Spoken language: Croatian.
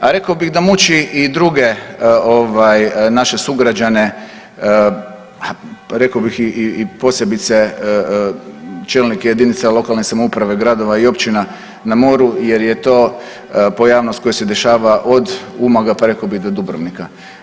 A rekao bi da muči i druge ovaj naše sugrađane, rekao bih i posebice čelnike jedinica lokalne samouprave gradova i općina na moru, jer je to pojavnost koja se dešava od Umaga pa rekao bi do Dubrovnika.